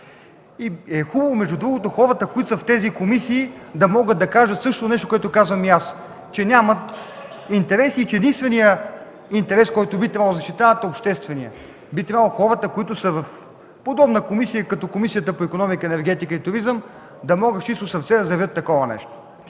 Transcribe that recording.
Хубаво е, между другото, хората, които са в тези комисии, да могат да кажат същото нещо, което казвам и аз, че нямат интереси и единственият интерес, който би трябвало да защитават, е общественият. Би трябвало хората, които са в подобна комисия като Комисията по икономика, енергетика и туризъм, да могат с чисто сърце да заявят такова нещо.